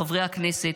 חברי הכנסת,